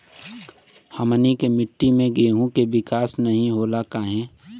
हमनी के मिट्टी में गेहूँ के विकास नहीं होला काहे?